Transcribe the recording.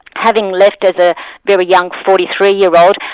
having left as a very young forty three year old,